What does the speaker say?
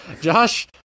Josh